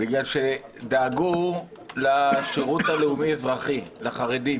בגלל שדאגו לשירות הלאומי אזרחי, לחרדים,